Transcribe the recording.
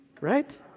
Right